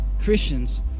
Christians